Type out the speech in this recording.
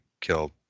killed